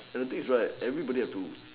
and I think is right everybody has to